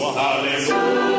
Hallelujah